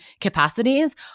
capacities